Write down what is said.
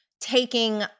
taking